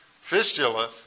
fistula